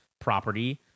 property